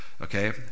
okay